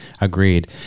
Agreed